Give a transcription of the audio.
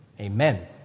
Amen